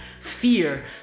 fear